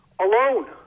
alone